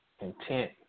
intent